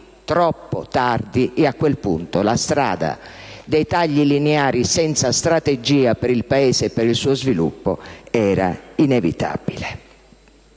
troppo tardi, e a quel punto la strada dei tagli lineari senza strategia per il Paese e per il suo sviluppo era inevitabile.